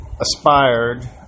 aspired